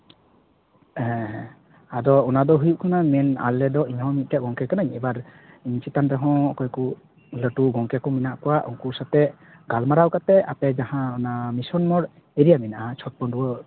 ᱦᱮᱸ ᱦᱮᱸ ᱟᱫᱚ ᱚᱱᱟ ᱫᱚ ᱦᱩᱭᱩᱜ ᱠᱟᱱᱟ ᱧᱮᱞᱢᱮ ᱟᱞᱮ ᱫᱚ ᱤᱧ ᱦᱚᱸ ᱢᱤᱫᱴᱮᱱ ᱜᱚᱝᱠᱮ ᱠᱟᱹᱱᱟᱹᱧ ᱮᱵᱟᱨ ᱪᱮᱛᱟᱱ ᱨᱮᱦᱚᱸ ᱚᱠᱚᱭ ᱠᱚ ᱞᱟᱹᱴᱩ ᱜᱚᱝᱠᱮ ᱠᱚ ᱢᱮᱱᱟᱜ ᱠᱚᱣᱟ ᱩᱱᱠᱩ ᱥᱟᱛᱮᱫ ᱜᱟᱞᱢᱟᱨᱟᱣ ᱠᱟᱛᱮᱫ ᱟᱯᱮ ᱡᱟᱦᱟᱸ ᱚᱱᱟ ᱢᱤᱥᱚᱱ ᱢᱳᱲ ᱮᱨᱤᱭᱟ ᱢᱮᱱᱟᱜᱼᱟ ᱪᱷᱚᱴᱯᱟᱺᱰᱣᱟᱹ